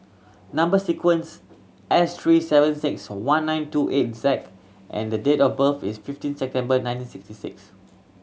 number sequence S three seven six one nine two eight Z and the date of birth is fifteen September nineteen sixty six